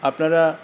আপনারা